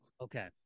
Okay